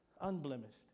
Unblemished